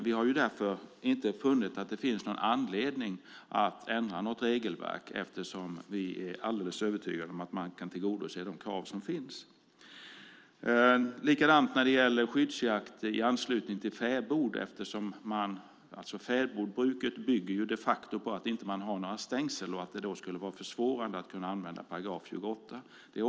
Vi har därför kommit fram till att det inte finns anledning att ändra något regelverk. Vi är alldeles övertygade om att det ändå går att tillgodose de krav som finns. Likadant är det med skyddsjakt i anslutning till fäbod. Fäbodsbruket bygger de facto på att det inte finns några stängsel och på att det skulle försvåra att använda 28 §.